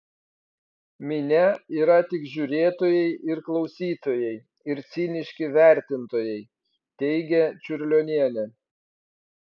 minia yra tik žiūrėtojai ir klausytojai ir ciniški vertintojai teigia čiurlionienė